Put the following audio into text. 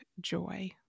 joy